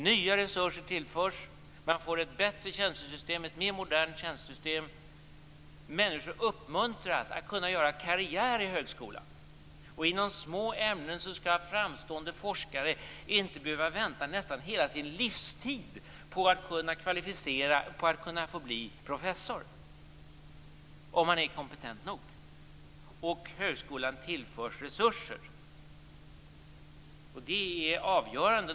Nya resurser tillförs. Man får ett bättre och mer modernt tjänstesystem. Människor uppmuntras att göra karriär i högskolan. Inom små ämnen skall en framstående forskare inte behöva vänta nästan hela sin livstid på att kunna bli professor, om man är kompetent nog. Högskolan tillförs resurser, och det är avgörande.